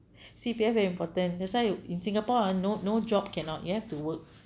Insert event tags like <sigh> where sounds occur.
<breath> C_P_F very important that's why you in singapore ah no no job cannot you have to work